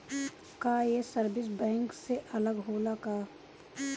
का ये service bank से अलग होला का?